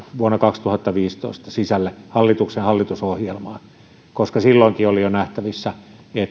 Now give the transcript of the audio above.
vuonna kaksituhattaviisitoista sisälle hallituksen hallitusohjelmaan koska silloinkin oli jo nähtävissä